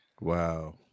Wow